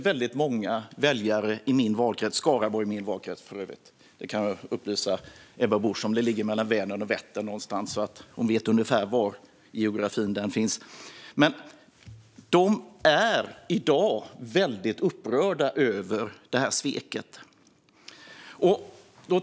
Väldigt många väljare i min valkrets - Skaraborg är min valkrets, för övrigt; den ligger någonstans mellan Vänern och Vättern, kan jag upplysa Ebba Busch om så att hon vet ungefär var i geografin den finns - är i dag väldigt upprörda över det här sveket.